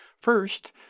First